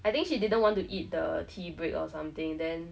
I think she didn't want to eat the tea break or something then